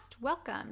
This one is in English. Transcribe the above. Welcome